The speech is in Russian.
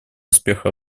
успеха